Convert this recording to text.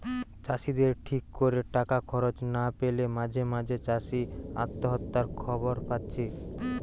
চাষিদের ঠিক কোরে টাকা খরচ না পেলে মাঝে মাঝে চাষি আত্মহত্যার খবর পাচ্ছি